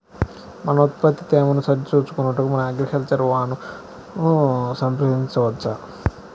మన ఉత్పత్తి తేమను సరిచూచుకొనుటకు మన అగ్రికల్చర్ వా ను సంప్రదించవచ్చా?